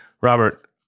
Robert